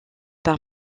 par